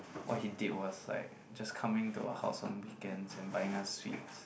what he did was like just coming to our house on weekends and buying us sweets